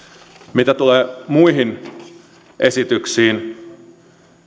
mitä tulee muihin esityksiin